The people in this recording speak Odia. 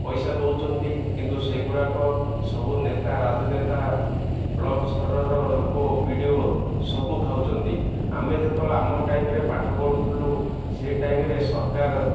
ପଇସା ଦଉଛନ୍ତି କିନ୍ତୁ ସେଗୁଡ଼ାକ ସବୁ ନେତା ରାଜନେତା ବ୍ଲକ୍ ସ୍ତରର ଲୋକ ବିି ଡ଼ି ଓ ସବୁ ଖାଉଛନ୍ତି ଆମେ ଯେତେବେଳେ ଆମ ଟାଇମ୍ରେ ପାଠ ପଢ଼ୁଥିଲୁ ସେ ଟାଇମ୍ରେ ସରକାର